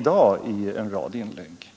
dag i en rad inlägg.